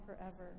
forever